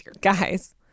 Guys